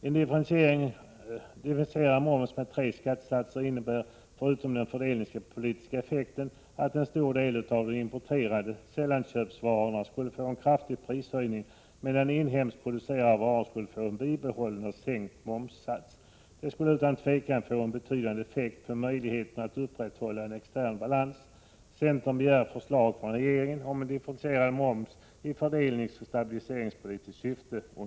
En differentierad moms med tre skattesatser innebär — förutom den fördelningspolitiska effekten — att en stor del av de importerade sällanköpsvarorna skulle få en kraftig prishöjning, medan inhemskt producerade varor skulle få en bibehållen eller sänkt momssats. Detta skulle utan tvivel få en betydande effekt på möjligheten att upprätthålla en extern balans. Centern begär nu att regeringen skall lämna ett förslag under våren om en differentierad moms i fördelningsoch stabiliseringspolitiskt syfte.